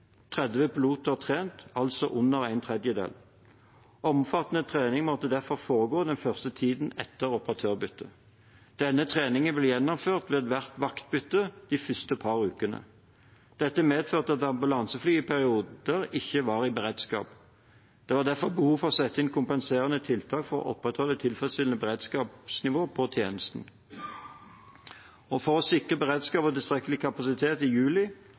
30 piloter trent, altså under en tredel. Omfattende trening måtte derfor foregå den første tiden etter operatørbyttet. Denne treningen ble gjennomført ved hvert vaktbytte de første par ukene. Dette medførte at ambulansefly i perioder ikke var i beredskap. Det var derfor behov for å sette inn kompenserende tiltak for å opprettholde tilfredsstillende beredskapsnivå på tjenesten. For å sikre beredskap og tilstrekkelig kapasitet i juli